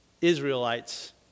Israelites